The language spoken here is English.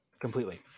completely